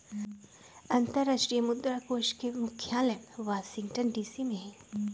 अंतरराष्ट्रीय मुद्रा कोष के मुख्यालय वाशिंगटन डीसी में हइ